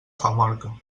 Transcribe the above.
famorca